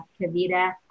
Kavita